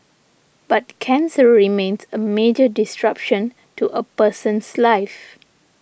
but cancer remains a major disruption to a person's life